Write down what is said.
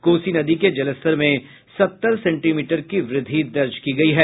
कोसी नदी के जलस्तर में सत्तर सेंटीमीटर की वृद्धि दर्ज की गयी है